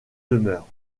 demeure